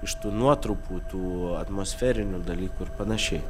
iš tų nuotrupų tų atmosferinių dalykų ir panašiai